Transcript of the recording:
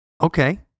Okay